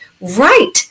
right